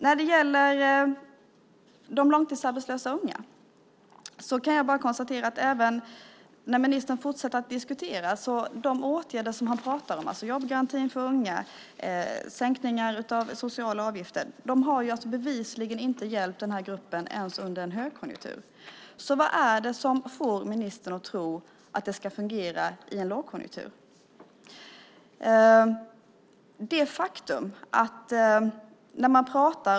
När det gäller de långtidsarbetslösa unga kan jag bara konstatera att även när ministern fortsätter att diskutera pratar han om åtgärder - jobbgarantin för unga och sänkningar av sociala avgifter - som bevisligen inte har hjälpt den här gruppen ens under en högkonjunktur. Vad är det som får ministern att tro att de ska fungera i en lågkonjunktur?